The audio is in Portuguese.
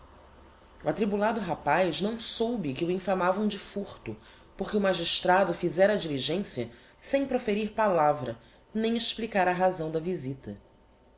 o atribulado rapaz não soube que o infamavam de furto porque o magistrado fizera a diligencia sem proferir palavra nem explicar a razão da visita